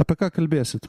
apie ką kalbėsit